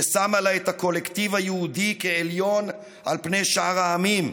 ששמה לה את הקולקטיב היהודי כעליון על פני שאר העמים,